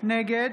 נגד